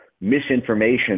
Misinformation